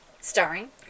Starring